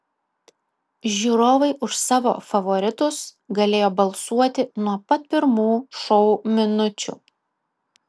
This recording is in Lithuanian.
žiūrovai už savo favoritus galėjo balsuoti nuo pat pirmų šou minučių